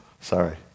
Sorry